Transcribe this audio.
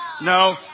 No